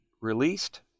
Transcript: released